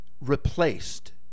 replaced